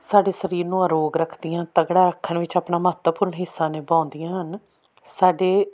ਸਾਡੇ ਸਰੀਰ ਨੂੰ ਅਰੋਗ ਰੱਖਦੀਆਂ ਤਕੜਾ ਰੱਖਣ ਵਿੱਚ ਆਪਣਾ ਮਹੱਤਵਪੂਰਨ ਹਿੱਸਾ ਨਿਭਾਉਂਦੀਆਂ ਹਨ ਸਾਡੇ